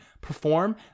perform